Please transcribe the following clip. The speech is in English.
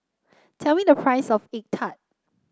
tell me the price of egg tart